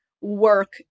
work